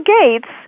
Gates